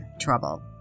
trouble